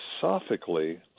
philosophically